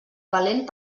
valent